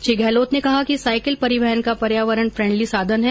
श्री गहलोत ने कहा कि साईकिल परिवहन का पर्यावरण फ्रेंडली साधन हैं